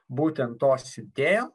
būtent to siuntėjo